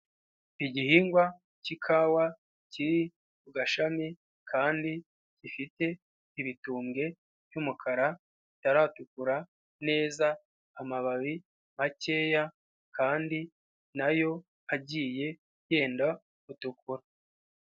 Igihingwa k'ikawa kiri ku gashami kandi gifite ibitumbwe by'umukara bitararatukura neza amababi makeya kandi nayo agiye yenda utukura.